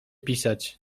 pisiać